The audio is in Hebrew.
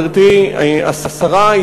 גברתי השרה,